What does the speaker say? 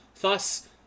Thus